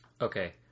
Okay